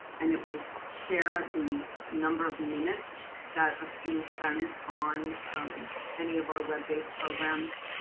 and it will share the number of minutes that a student spends on any of our web based programs.